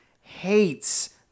hates